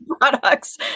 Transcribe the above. products